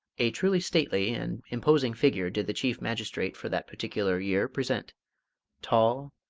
a truly stately and imposing figure did the chief magistrate for that particular year present tall,